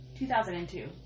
2002